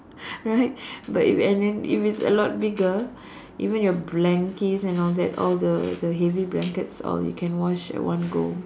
right but if and then if it's a lot bigger even your blankets and all that all the the heavy blankets you can wash at one go